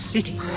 City